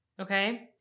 okay